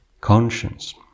conscience